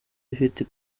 ifite